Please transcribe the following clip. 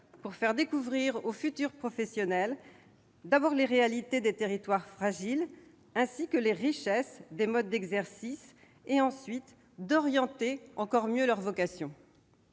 pour faire découvrir aux futurs professionnels les réalités des territoires fragiles ainsi que la richesse des modes d'exercice, et mieux orienter ainsi les vocations.